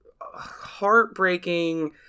heartbreaking